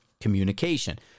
Communication